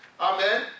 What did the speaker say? Amen